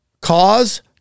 cause